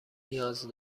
نیاز